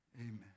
Amen